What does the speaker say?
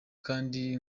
kandi